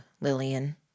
Lillian